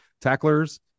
tacklers